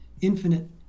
infinite